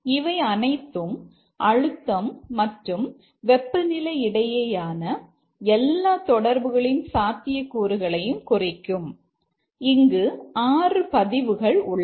இவை அனைத்தும் அழுத்தம் மற்றும் வெப்பநிலை இடையேயான எல்லா தொடர்புகளின் சாத்தியக்கூறுகளையும் குறிக்கும் இங்கு 6 பதிவுகள் உள்ளன